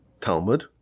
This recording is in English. Talmud